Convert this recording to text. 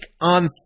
on